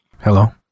Hello